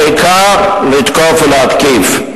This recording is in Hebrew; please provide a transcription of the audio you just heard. העיקר לתקוף ולהתקיף.